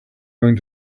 going